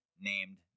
named